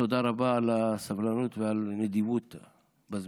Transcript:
תודה רבה על הסבלנות ועל הנדיבות בזמנים.